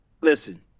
Listen